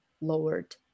lowered